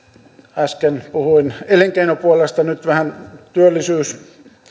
äsken puhuin elinkeinopuolesta nyt vähän